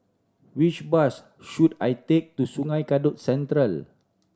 which bus should I take to Sungei Kadut Central